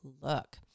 look